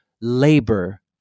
labor